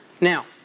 Now